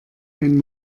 ein